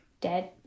dead